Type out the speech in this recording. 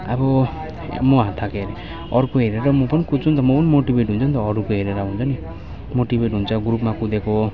अब म हात थाकेँ अरे अर्को हेरेर म पनि कुद्छु नि त म पनि मोटिभेट हुन्छु नि त अरूको हेरेर हुन्छ नि मोटिभेट हुन्छ ग्रुपमा कुदेको